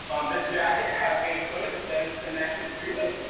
this jacket has a hood that is connected to it,